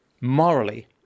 morally